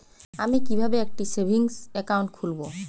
আমি কিভাবে একটি সেভিংস অ্যাকাউন্ট খুলব?